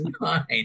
nine